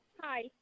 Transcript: Hi